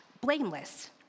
blameless